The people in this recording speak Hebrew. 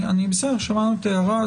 שמענו את ההערה.